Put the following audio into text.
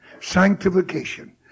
Sanctification